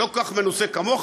אני לא כל כך מנוסה כמוך,